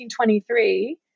1923